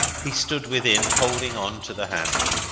he stood within, holding on to the handle.